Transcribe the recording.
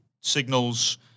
signals